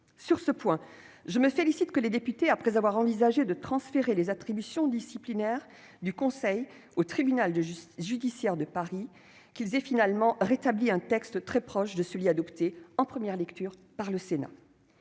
Sur ce point, je me félicite que les députés, après avoir envisagé de transférer les attributions disciplinaires du Conseil au tribunal judiciaire de Paris, aient finalement rétabli un texte très proche de celui qu'a adopté le Sénat en première lecture.